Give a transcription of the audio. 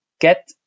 get